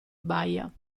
baia